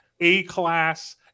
A-class